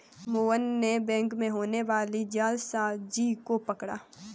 मोहन ने बैंक में होने वाली जालसाजी को पकड़ा